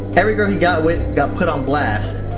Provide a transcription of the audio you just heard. every girl he got with, got put on blast.